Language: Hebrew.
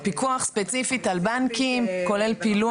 פיקוח ספציפית על בנקים כולל פילוח.